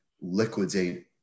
liquidate